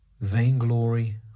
vainglory